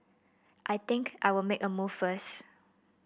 I think I'll make a move first